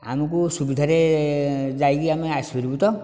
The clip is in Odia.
ଆମକୁ ସୁବିଧାରେ ଯାଇକି ଆମେ ଆସିପାରିବୁ ତ